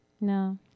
No